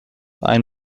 ein